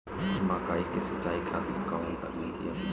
मकई के सिंचाई खातिर कवन तकनीक अपनाई?